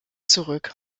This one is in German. zurück